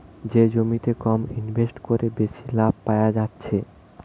যে জমিতে কম ইনভেস্ট কোরে বেশি লাভ পায়া যাচ্ছে